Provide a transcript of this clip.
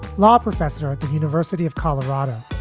law professor at the university of colorado.